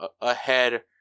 ahead